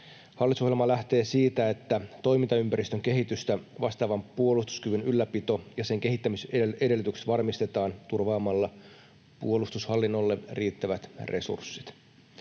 Hallitusohjelma lähtee siitä, että toimintaympäristön kehitystä vastaavan puolustuskyvyn ylläpito ja sen kehittämisedellytykset varmistetaan turvaamalla puolustushallinnolle riittävät resurssit.